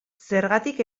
zergatik